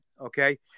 Okay